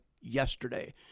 yesterday